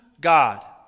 God